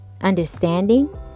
understanding